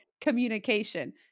communication